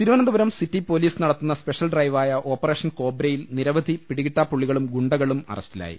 Thiruvananthapuram city police നടത്തുന്ന special ഡ്രൈവായ operation കോബ്രയിൽ നിരവധി പിടികിട്ടാ പ്പുള്ളികളും ഗുണ്ടകളും അറസ്റ്റിലായി